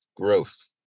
growth